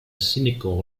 cynical